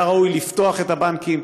היה ראוי לפתוח את הבנקים,